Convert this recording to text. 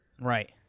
Right